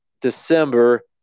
December